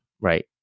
right